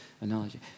analogy